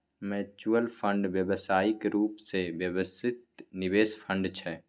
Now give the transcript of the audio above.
mutual fund व्यावसायिक रूप सँ व्यवस्थित निवेश फंड छै